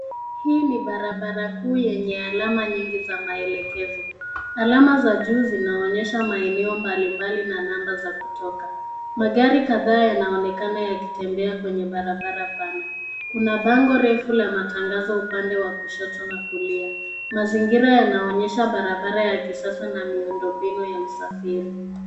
Hii ni barabara kuu yenye alama nyingi za maelekezo. Alama za juu zinaonyesha maeneo mbalimbali na namba za kutoka. Magari kadhaa yanaonekana yakitembea kwenye barabara pana. Kuna bango refu la matangazo upande wa kushoto na kulia. Mazingira yanaonyesha barabara ya kisasa na miundombinu ya usafiri.